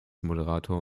moderator